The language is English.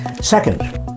Second